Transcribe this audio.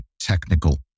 technical